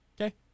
okay